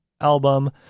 album